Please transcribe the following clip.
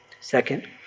second